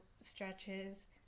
stretches